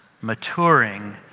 maturing